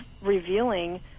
revealing